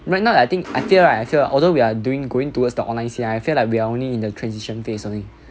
right now I think I feel right I feel although we are doing going towards the online scene I feel like we are only in the transition phase only